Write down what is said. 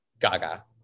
Gaga